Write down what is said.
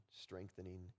strengthening